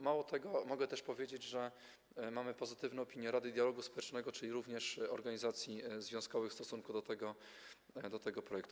Mało tego, mogę też powiedzieć, że mamy pozytywne opinie Rady Dialogu Społecznego, czyli również organizacji związkowych, w stosunku do tego projektu.